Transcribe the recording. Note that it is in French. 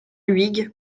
huyghe